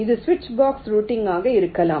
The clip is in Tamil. இது சுவிட்ச் பாக்ஸ் ரூட்டிங் ஆக இருக்கலாம்